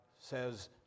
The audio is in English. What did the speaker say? says